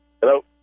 Hello